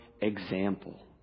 example